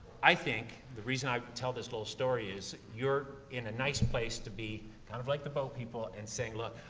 i think, the reason i tell this little story is you're in a nice place to be, kind of like the boat people, in saying, look,